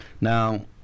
Now